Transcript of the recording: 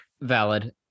Valid